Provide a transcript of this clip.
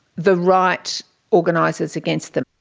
the right organises against them.